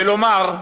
ולומר: